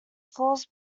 floors